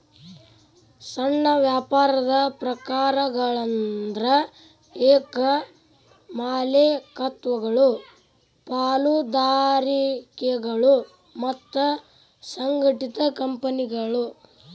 ಸಣ್ಣ ವ್ಯಾಪಾರದ ಪ್ರಕಾರಗಳಂದ್ರ ಏಕ ಮಾಲೇಕತ್ವಗಳು ಪಾಲುದಾರಿಕೆಗಳು ಮತ್ತ ಸಂಘಟಿತ ಕಂಪನಿಗಳು